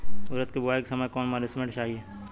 उरद के बुआई के समय कौन नौरिश्मेंट चाही?